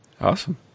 Awesome